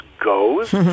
goes